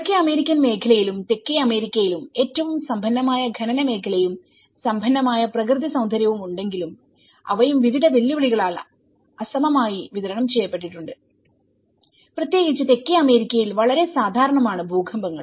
വടക്കേ അമേരിക്കൻ മേഖലയിലും തെക്കേ അമേരിക്കയിലും ഏറ്റവും സമ്പന്നമായ ഖനന മേഖലയും സമ്പന്നമായ പ്രകൃതി സൌന്ദര്യവും ഉണ്ടെങ്കിലും അവയും വിവിധ വെല്ലുവിളികളാൽ അസമമായി വിതരണം ചെയ്യപ്പെട്ടിട്ടുണ്ട് പ്രത്യേകിച്ച് തെക്കേ അമേരിക്കയിൽ വളരെ സാധാരണമാണ് ഭൂകമ്പങ്ങൾ